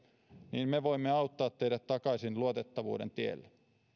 niin me voimme auttaa teidät takaisin luotettavuuden tielle